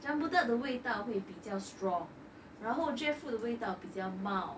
cempedak 的味道会比较 strong 然后 jackfruit 的味道比较茂